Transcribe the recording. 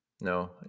No